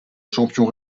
champion